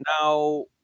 Now